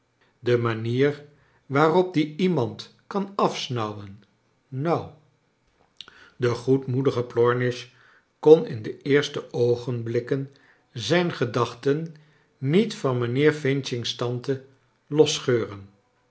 de manier waarop die iemand kan afsnauwen nou de goedmoedige plornish kon in de eerste oogenblikken zijn gedaohten niet van mijnheer f's tante